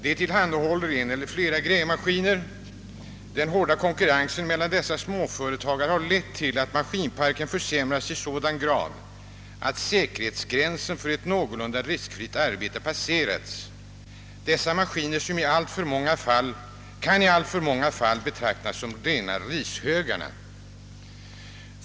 De tillhandahåller en eller flera grävmaskiner. Den hårda konkurrensen mellan dessa småföretagare har lett till att maskinparken försämrats i sådan grad, att gränsen för ett någorlunda riskfritt arbete passerats, Dessa maskiner kan i alltför många fall betraktas som rena rishögarna.